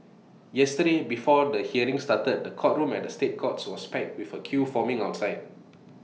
yesterday before the hearing started the courtroom at the state courts was packed with A queue forming outside